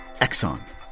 Exxon